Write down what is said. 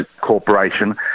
corporation